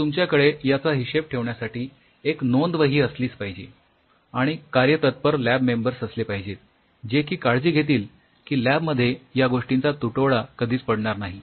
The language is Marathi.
तर तुमच्याकडे याचा हिशेब ठेवण्यासाठी एक नोंदवही असलीच पाहिजे आणि कार्यतत्पर लॅब मेंबर्स असले पाहिजेत जे की काळजी घेतील की लॅब मध्ये या गोष्टीचा तुटवडा कधीच पडणार नाही